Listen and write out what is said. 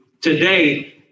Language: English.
today